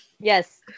Yes